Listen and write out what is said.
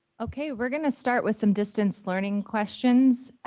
okay we're gonna start with some distance-learning questions.